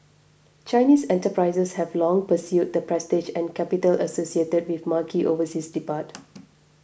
Chinese enterprises have long pursued the prestige and capital associated with marquee overseas depart